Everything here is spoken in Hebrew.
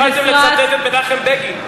יפה שהתחלתם לצטט את מנחם בגין.